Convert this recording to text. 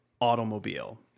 automobile